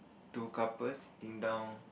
two couples sitting down